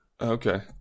Okay